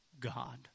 god